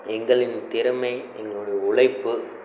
எங்களின் திறமை எங்களுடைய உழைப்பு